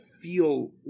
feel